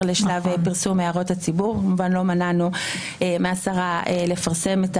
לשלב פרסום הערות לציבור אבל לא מנענו מהשרה לפרסם את